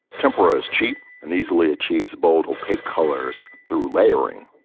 temporaries cheap and easily achieves bold or pick colors through layering.